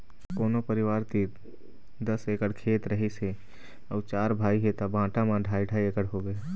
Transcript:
कोनो परिवार तीर दस एकड़ खेत रहिस हे अउ चार भाई हे त बांटा म ढ़ाई ढ़ाई एकड़ होगे